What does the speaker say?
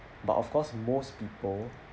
but of course most people